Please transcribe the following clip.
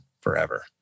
forever